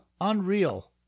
Unreal